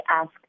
ask